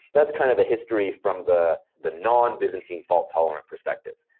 that's kind of a history from the the non byzantine fault-tolerant perspective.